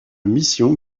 mission